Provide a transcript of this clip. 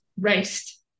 raced